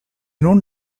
nun